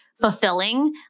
fulfilling